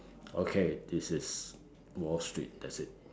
okay this is wall street that's it